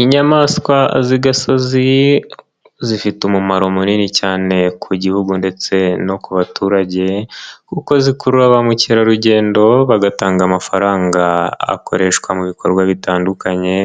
Inyamaswa z'i gasozi zifite umumaro munini cyane ku gihugu ndetse no ku baturage kuko zikurura ba mukerarugendo, bagatanga amafaranga akoreshwa mu bikorwa bitandukanye,